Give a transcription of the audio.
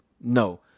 No